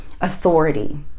authority